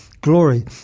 glory